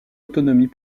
autonomie